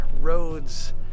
roads